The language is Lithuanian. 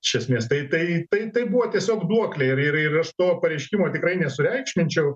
iš esmės tai tai tai tai buvo tiesiog duoklė ir ir aš to pareiškimo tikrai nesureikšminčiau